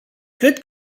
cred